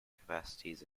capacities